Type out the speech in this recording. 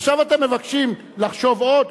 עכשיו אתם מבקשים לחשוב עוד?